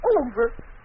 over